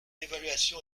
évaluation